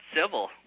civil